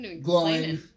glowing